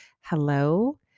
hello